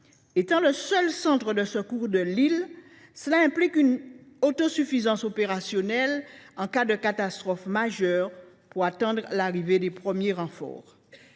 du seul centre de secours de l’île implique une autosuffisance opérationnelle en cas de catastrophe majeure, dans l’attente des premiers renforts.